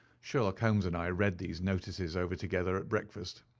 sherlock holmes and i read these notices over together at breakfast,